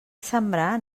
sembrar